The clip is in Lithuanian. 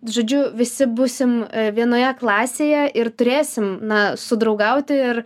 žodžiu visi būsim vienoje klasėje ir turėsim na sudraugauti ir